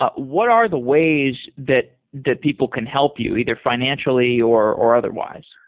ah what are the ways that that people can help you, either financially, or or otherwise?